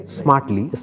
smartly